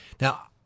Now